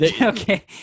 okay